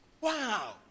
Wow